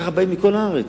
ככה באים מכל הארץ.